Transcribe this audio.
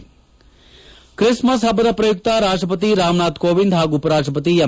ನಾಳಿನ ಕ್ರಿಸ್ಮಸ್ ಪಬ್ಬದ ಪ್ರಯುಕ್ತ ರಾಷ್ಟಸತಿ ರಾಮನಾಥ್ ಕೋವಿಂದ್ ಪಾಗೂ ಉಪರಾಷ್ಟಸತಿ ಎಂ